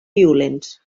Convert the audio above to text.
violents